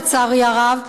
לצערי הרב,